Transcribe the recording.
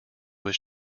was